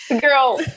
girl